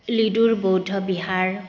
লিডুৰ বৌদ্ধ বিহাৰ